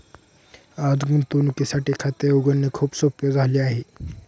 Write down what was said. आज गुंतवणुकीसाठी खाते उघडणे खूप सोपे झाले आहे